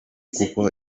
kuko